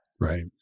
Right